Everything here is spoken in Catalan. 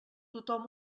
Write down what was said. tothom